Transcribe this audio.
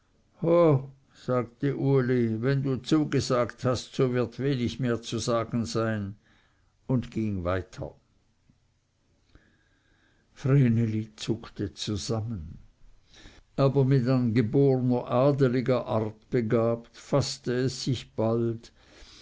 sagte uli wenn du zugesagt hast so wird wenig mehr zu sagen sein und ging weiter vreneli zuckte zusammen aber mit angeborner adeliger art begabt faßte es sich alsbald